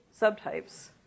subtypes